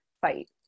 fight